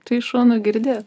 tai šaunu girdėt